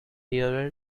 hear